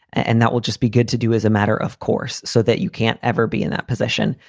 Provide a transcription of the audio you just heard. and that will just be good to do as a matter of course, so that you can't ever be in that position.